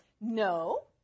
no